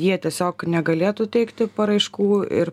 jie tiesiog negalėtų teikti paraiškų ir